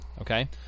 Okay